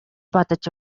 бодож